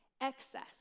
excess